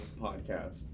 podcast